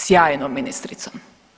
Sjajnom ministricom.